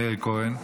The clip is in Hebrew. מאיר כהן.